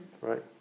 Right